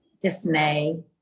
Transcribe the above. dismay